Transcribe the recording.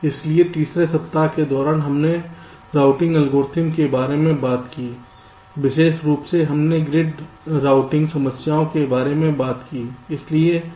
इसलिए तीसरे सप्ताह के दौरान हमने रूटिंग एल्गोरिदम के बारे में बात की विशेष रूप से हमने ग्रिड रूटिंग समस्याओं के बारे में बात की